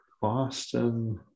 Boston